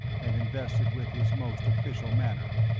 and invested with his most official manner.